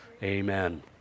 amen